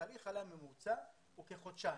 תהליך העלייה ממוצע הוא כחודשיים.